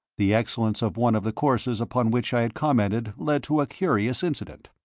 the excellence of one of the courses upon which i had commented led to a curious incident.